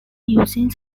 using